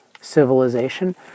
civilization